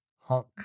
hunk